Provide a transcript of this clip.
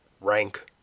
rank